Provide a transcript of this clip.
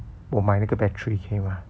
我买那个 battery 可以吗